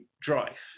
drive